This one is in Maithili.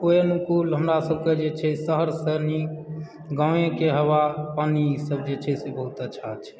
ओहि अनुकूल हमरा सबकेँ जे छै से शहरसँ नीक गाँवेके हवा पानी ईसभ जे छै से बहुत अच्छा छै